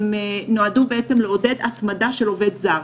כולם נועדו לעודד התמדה של עובד זר.